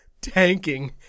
tanking